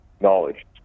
knowledge